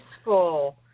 peaceful